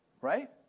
right